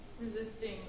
Resisting